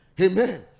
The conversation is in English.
Amen